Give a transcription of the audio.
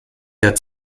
der